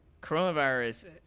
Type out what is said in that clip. coronavirus